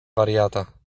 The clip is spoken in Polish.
wariata